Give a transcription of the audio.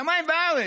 שמיים וארץ.